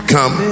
Come